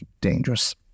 dangerous